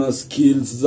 skills